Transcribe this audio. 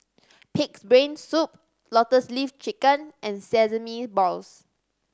Pig's Brain Soup Lotus Leaf Chicken and sesame balls